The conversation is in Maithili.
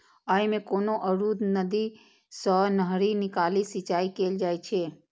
अय मे कोनो अवरुद्ध नदी सं नहरि निकालि सिंचाइ कैल जाइ छै